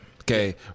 okay